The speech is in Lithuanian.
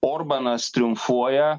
orbanas triumfuoja